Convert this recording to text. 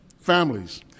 families